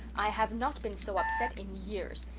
i have not been so upset in years.